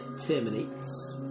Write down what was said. terminates